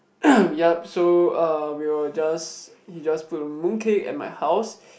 yup so er we will just he just put the mooncake at my house